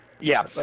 Yes